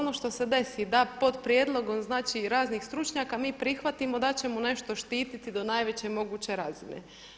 Ono što se desi da pod prijedlogom raznih stručnjaka mi prihvatimo da ćemo nešto štititi do najveće moguće razine.